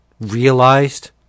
realized